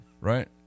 Right